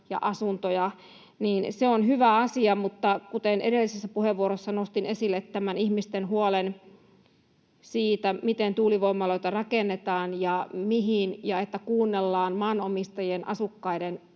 ja asuntoja, niin että se on hyvä asia. Mutta kuten edellisessä puheenvuorossa nostin esille tämän ihmisten huolen siitä, miten tuulivoimaloita rakennetaan ja mihin ja että kuunnellaan maanomistajien ja asukkaiden